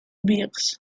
biggs